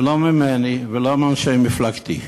ולא ממני ולא מאנשי מפלגתי.